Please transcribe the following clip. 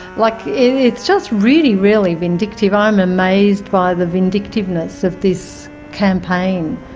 like, it's just really, really vindictive. i am amazed by the vindictiveness of this campaign.